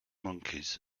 monkeys